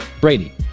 Brady